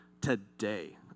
today